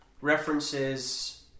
References